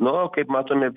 nu o kaip matome